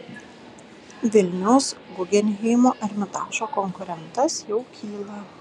vilniaus guggenheimo ermitažo konkurentas jau kyla